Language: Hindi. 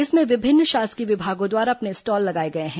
इसमें विभिन्न शासकीय विभागों द्वारा अपने स्टॉल लगाए गए हैं